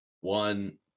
one